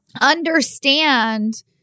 understand